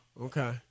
Okay